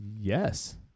yes